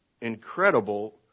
incredible